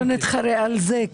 אבל לא נתחרה על זה,